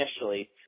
initially